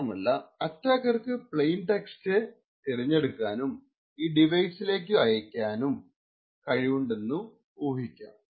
മാത്രമല്ല അറ്റാക്കർക്കു plain text തിരഞ്ഞെടുക്കാനും ഈ ഡിവൈസിലേക്കു അയക്കാനും കഴിവുണ്ടെന്നും ഊഹിക്കാം